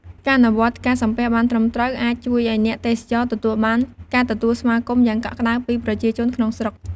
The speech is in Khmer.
ការអនុវត្តន៍ការសំពះបានត្រឹមត្រូវ អាចជួយឱ្យអ្នកទេសចរទទួលបានការទទួលស្វាគមន៍យ៉ាងកក់ក្ដៅពីប្រជាជនក្នុងស្រុក។